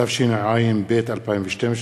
התשע"ב 2012,